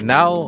Now